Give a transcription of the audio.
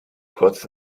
kurz